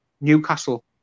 Newcastle